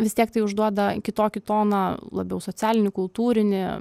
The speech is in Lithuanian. vis tiek tai užduoda kitokį toną labiau socialinį kultūrinį